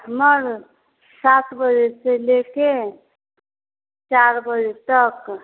हमर सात बजेसँ लऽ कऽ चारि बजे तक